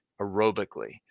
aerobically